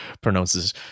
pronounces